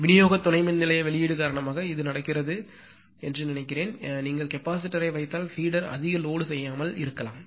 விநியோக துணை மின் நிலைய வெளியீடு காரணமாக இது நடக்கிறது என்று நினைக்கிறேன் நீங்கள் கெபாசிட்டர்யை வைத்தால் பீடர் அதிக லோடு செய்யாமல் இருக்கலாம்